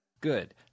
Good